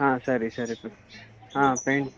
ಹಾಂ ಸರಿ ಸರಿ ಹಾಂ ಪೇಂಟ್